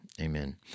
Amen